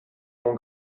mon